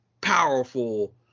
powerful